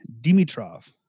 Dimitrov